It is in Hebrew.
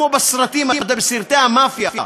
כמו בסרטי המאפיה,